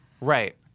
Right